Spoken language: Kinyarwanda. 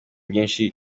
byinshi